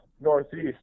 northeast